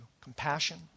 compassion